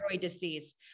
disease